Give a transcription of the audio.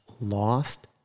lost